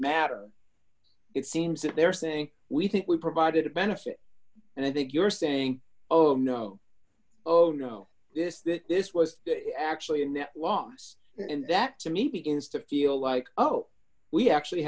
matter it seems that they're saying we think we provided a benefit and i think you're saying oh no oh no this that this was actually a net loss and that to meet it is to feel like oh we actually